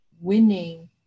winning